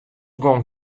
gong